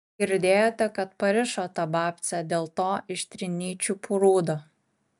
girdėjote kad parišo tą babcę dėl to iš trinyčių prūdo